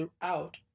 throughout